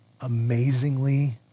amazingly